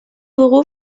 dugu